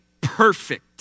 perfect